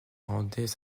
rendaient